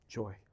joy